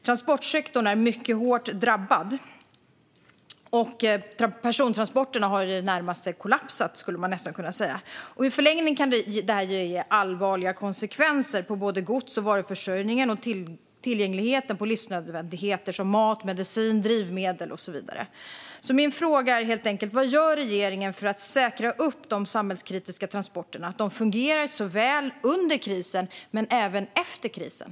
Transportsektorn är mycket hårt drabbad, och persontransporterna har i det närmaste kollapsat. I förlängningen kan detta få allvarliga konsekvenser för både godstransporterna, varuförsörjningen och tillgången till livsnödvändigheter som mat, medicin, drivmedel och så vidare. Min fråga är helt enkelt vad regeringen gör för att säkra att de samhällskritiska transporterna fungerar under krisen men även efter krisen.